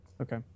Okay